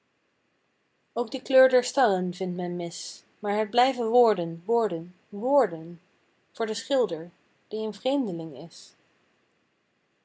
ook de kleur der starren vindt men mis maar het blijven woorden woorden woorden voor den schilder die een vreemdeling is